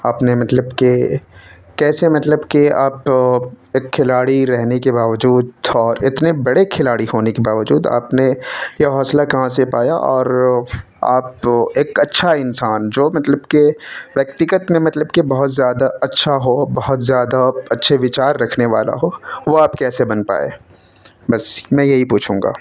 آپ نے مطلب کہ کیسے مطلب کہ آپ تو ایک کھلاڑی رہنے کے باوجود اور اتنے بڑے کھلاڑی ہونے کے باوجود آپ نے یہ حوصلہ کہاں سے پایا اور آپ تو ایک اچھا انسان جو مطلب کہ ویکتیگت میں مطلب کہ بہت زیادہ اچھا ہو بہت زیادہ اچھے وچار رکھنے والا ہو وہ آپ کیسے بن پائے بس میں یہی پوچھوں گا